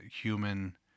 human